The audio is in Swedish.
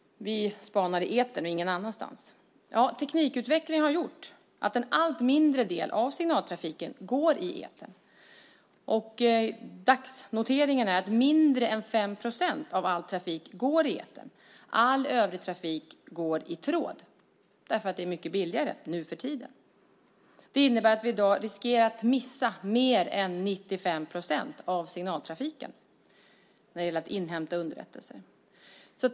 Vi spanar i etern och ingen annanstans. Teknikutvecklingen har gjort att en allt mindre del av signaltrafiken går i etern. Dagsnoteringen är att mindre än 5 procent av all trafik går i etern och all övrig trafik går i tråd. Det är mycket billigare nu för tiden. Det innebär att vi i dag riskerar att missa mer än 95 procent av signaltrafiken när det gäller att inhämta underrättelser.